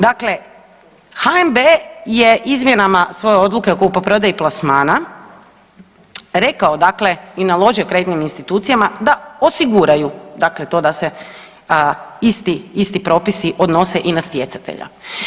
Dakle, HNB je izmjenama svoje odluke o kupoprodaji plasmana rekao dakle i naložio kreditnim institucijama da osiguraju, dakle to da se isti, isti propisi odnose i na stjecatelja.